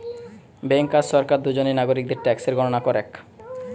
bank আর সরকার দুজনেই নাগরিকদের ট্যাক্সের গণনা করেক